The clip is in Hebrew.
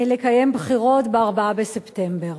לקיים בחירות ב-4 בספטמבר.